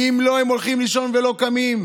כי אם לא, הם הולכים לישון ולא קמים.